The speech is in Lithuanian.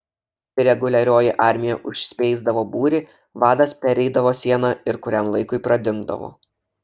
kai reguliarioji armija užspeisdavo būrį vadas pereidavo sieną ir kuriam laikui pradingdavo